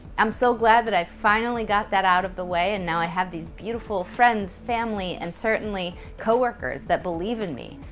i'm so glad that i finally got that out of the way, and now i have these beautiful friends, family and certainly coworkers that believe in me.